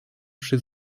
przy